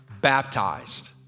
baptized